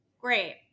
Great